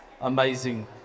Amazing